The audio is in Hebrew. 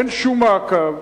אין שום מעקב,